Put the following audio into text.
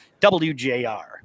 WJR